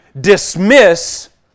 dismiss